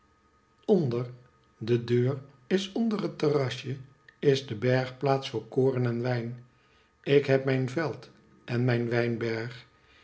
onder de deur is onder het terrasje is de bergplaats voor koren en wijn ik heb mijn veld en mijn wijnberg hier